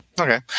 Okay